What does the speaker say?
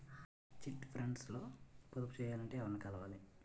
Chit funds లో పొదుపు చేయాలంటే ఎవరిని కలవాలి?